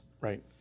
Right